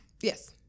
Yes